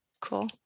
Cool